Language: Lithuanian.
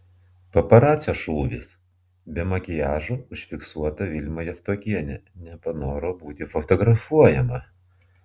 paparacio šūvis be makiažo užfiksuota vilma javtokienė nepanoro būti fotografuojama